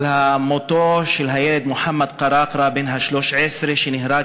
על מותו של הילד מוחמד קראקרה בן ה-13 שנהרג